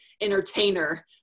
entertainer